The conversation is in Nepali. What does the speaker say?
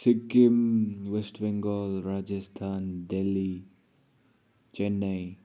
सिक्किम वेस्ट बेङ्गल राजस्थान दिल्ली चेन्नई